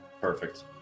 Perfect